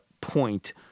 point